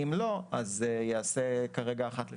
אם לא אז זה ייעשה כרגע אחת לשנה,